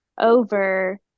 over